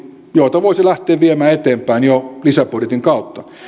joita voisi lähteä viemään eteenpäin jo lisäbudjetin kautta